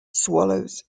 swallows